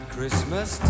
Christmas